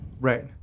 Right